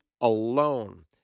alone